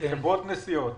נסיעות